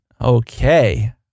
Okay